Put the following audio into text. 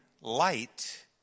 light